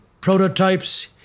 prototypes